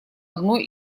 одно